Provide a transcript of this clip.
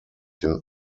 den